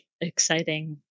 exciting